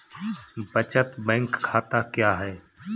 बचत बैंक खाता क्या है?